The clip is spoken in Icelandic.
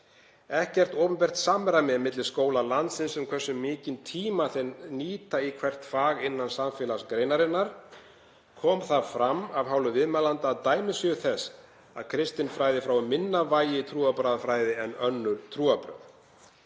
Ekkert opinbert samræmi er milli skóla landsins um hversu mikinn tíma þeir nýta í hvert fag innan samfélagsfræðinnar. Kom það fram af hálfu viðmælenda að dæmi séu þess að kristinfræði fái minna vægi í trúarbragðafræði en önnur trúarbrögð.